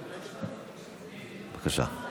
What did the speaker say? בבקשה,